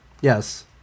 Yes